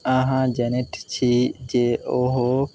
अहाँ जनैत छी जे ओहो